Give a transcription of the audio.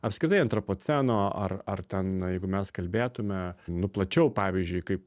apskritai antropoceno ar ar ten jeigu mes kalbėtume nu plačiau pavyzdžiui kaip